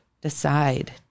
decide